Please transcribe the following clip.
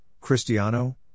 Cristiano